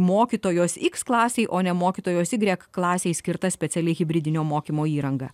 mokytojos iks klasei o ne mokytojos igrek klasei skirta speciali hibridinio mokymo įranga